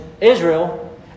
Israel